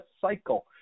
cycle